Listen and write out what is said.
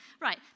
Right